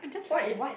what if